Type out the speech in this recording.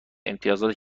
امتیازات